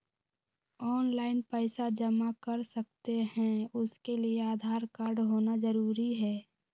Online पैसा जमा कर सकते हैं उसके लिए आधार कार्ड होना जरूरी है?